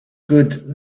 good